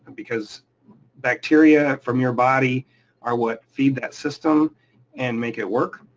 because bacteria from your body are what feed that system and make it work.